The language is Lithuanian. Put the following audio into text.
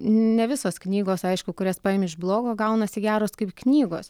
ne visos knygos aišku kurias paimi iš blogo gaunasi geros kaip knygos